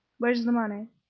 where's the money?